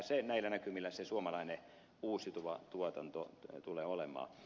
sitä näillä näkymillä se suomalainen uusiutuva tuotanto tulee olemaan